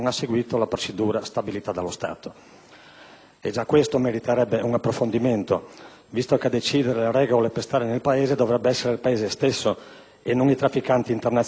e già questo meriterebbe un approfondimento, visto che a decidere le regole per stare nel Paese dovrebbe essere il Paese stesso e non i trafficanti internazionali di carne umana. Ma andiamo avanti.